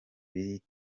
birindiro